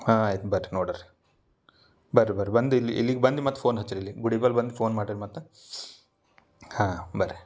ಹಾಂ ಆಯ್ತು ಬರ್ರಿ ನೋಡರ ರೀ ಬರ್ರಿ ಬರ್ರಿ ಬಂದು ಇಲ್ಲಿ ಇಲ್ಲಿಗೆ ಬಂದು ಮತ್ತೆ ಫೋನ್ ಹಚ್ರಿ ಇಲ್ಲಿಗೆ ಬುಡಿಬಲ್ ಬಂದು ಫೋನ್ ಮಾಡ್ರಿ ಮತ್ತು ಹಾಂ ಬರ್ರಿ